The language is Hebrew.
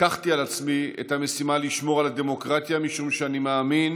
לקחתי על עצמי את המשימה לשמור על הדמוקרטיה משום שאני מאמין